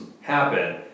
happen